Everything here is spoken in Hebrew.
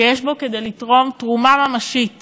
שיש בו כדי לתרום תרומה ממשית